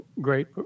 great